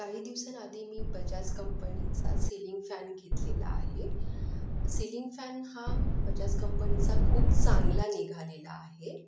काही दिवसांआधी मी बजाज कंपनीचा सिलिंग फॅन घेतलेला आहे सिलिंग फॅन हा बजाज कंपनीचा खूप चांगला निघालेला आहे